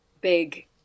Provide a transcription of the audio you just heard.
big